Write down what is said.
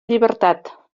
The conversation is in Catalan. llibertat